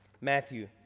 Matthew